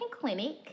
clinic